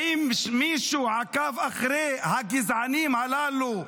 האם מישהו עקב אחרי הגזענים הללו,